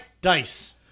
dice